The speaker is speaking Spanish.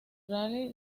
rally